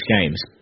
games